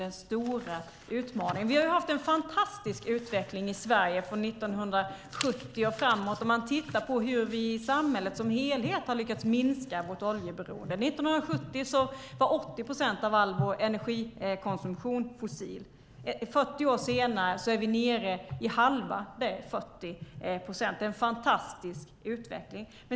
Vi har haft en fantastisk utveckling i Sverige från 1970 och framåt om man ser till hur samhället som helhet har lyckats minska oljeberoendet. 1970 var 80 procent av all vår energikonsumtion fossil, och 40 år senare är vi nere i halva det - 40 procent. Det är en fantastisk utveckling.